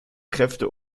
kräfte